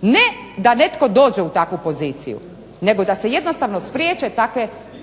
Ne da netko dođe u takvu poziciju, nego da se jednostavno spriječe